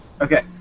Okay